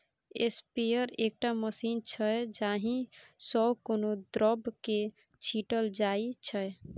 sprayer एकटा machine छै जाहि सँ कोनो द्रब केँ छीटल जाइ छै